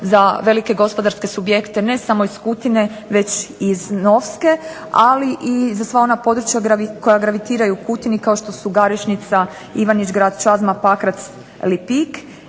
za velike gospodarske subjekte ne samo iz Kutine već i iz Novske, ali i za sva ona područja koja gravitiraju Kutini kao što su Garešnica, Ivanić Grad, Čazma, Pakrac, Lipik